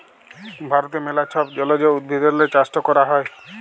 ভারতে ম্যালা ছব জলজ উদ্ভিদেরলে চাষট ক্যরা হ্যয়